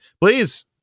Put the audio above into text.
please